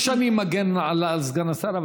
לא שאני מגן על סגן השר,